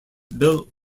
bill